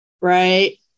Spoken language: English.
right